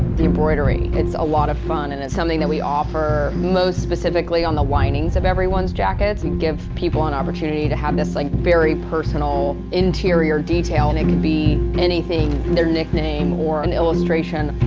the embroidery, it's a lot of fun and it's something that we offer most specifically on the linings of everyone's jackets and give people an opportunity to have this like very personal interior detail and it can be anything their nickname or an illustration.